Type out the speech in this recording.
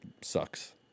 sucks